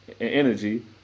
energy